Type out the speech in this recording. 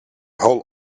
whole